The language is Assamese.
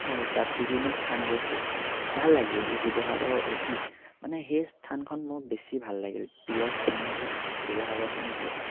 আৰু তাত বিভিন্ন স্থান গৈছোঁ ভাল লাগিল শিৱসাগৰৰ ঐতি মানে সেই স্থানখন মোৰ বেছি ভাল লাগিল প্ৰিয় স্থানৰ ভিতৰত শিৱসাগৰখনেই হ'ল